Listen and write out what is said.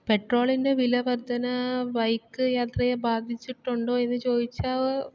പെട്രോളിൻ്റെ വിലവർധന ബൈക്ക് യാത്രയെ ബാധിച്ചിട്ടുണ്ടോ എന്ന് ചോദിച്ചാൽ